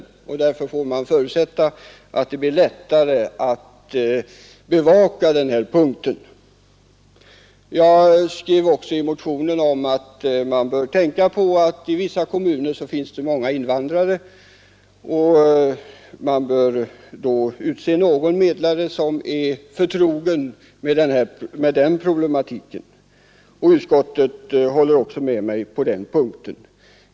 Därför får man väl ningen m.m. förutsätta att frågan blir lättare att bevaka. Jag skrev i motionen också att man bör tänka på att det i vissa kommuner finns många invandrare, varför det bör utses någon medlare som är förtrogen med den problematiken. Utskottet håller med mig även på den punkten.